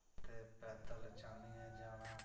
ते पैदल जान्नियै जाना